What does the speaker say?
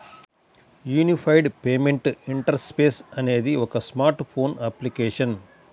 unified payment interface అనేది ఒక smart phone application